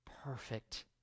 perfect